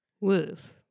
Woof